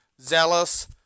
zealous